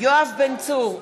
יואב בן צור,